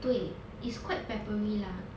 对 is quite peppery lah